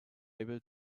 able